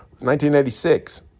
1986